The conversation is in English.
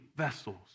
Vessels